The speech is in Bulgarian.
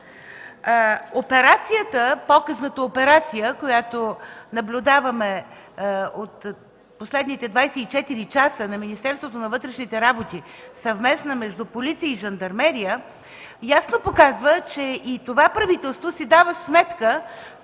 в банката. Показната операция, която наблюдаваме от последните 24 часа на Министерството на вътрешните работи – съвместна между полиция и жандармерия, ясно показва, че и това правителство си дава сметка,